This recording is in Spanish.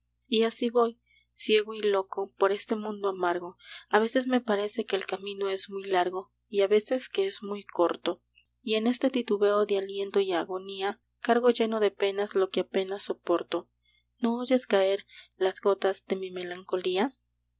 y así voy ciego y loco por este mundo amargo a veces me parece que el camino es muy largo y a veces que es muy corto y en este titubeo de aliento y agonía cargo lleno de penas lo que apenas soporto no oyes caer las gotas de mi melancolía